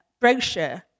brochure